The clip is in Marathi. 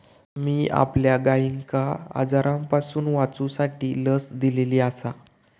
मी आपल्या गायिंका आजारांपासून वाचवूसाठी लस दिलेली आसा